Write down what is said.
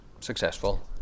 successful